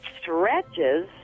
stretches